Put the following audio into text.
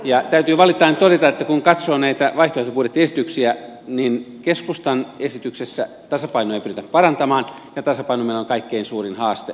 täytyy valittaen todeta että kun katsoo näitä vaihtoehtobudjettiesityksiä niin keskustan esityksessä tasapainoa ei pyritä parantamaan ja tasapaino meille on kaikkein suurin haaste